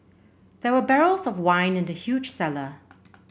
there were barrels of wine in the huge cellar